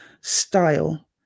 style